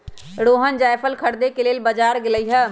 रोहण जाएफल खरीदे के लेल बजार गेलई ह